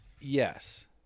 yes